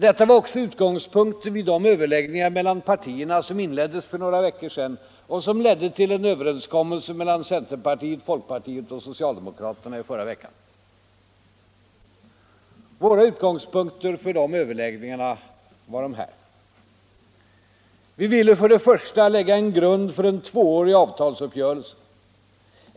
Detta var också utgångspunkten vid de överläggningar mellan partierna som inleddes för några veckor sedan och som ledde till en överenskommelse mellan centerpartiet, folkpartiet och socialdemokraterna i förra veckan. Våra utgångspunkter för de överläggningarna var följande: Vi ville, för det första, lägga en grund för en tvåårig avtalsuppgörelse.